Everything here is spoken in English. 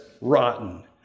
rotten